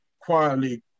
quietly